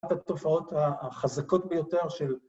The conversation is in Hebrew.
אחת ‫התופעות החזקות ביותר של...